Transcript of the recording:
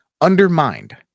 undermined